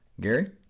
Gary